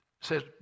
says